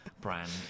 brand